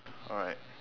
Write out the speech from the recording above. alright